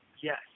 Yes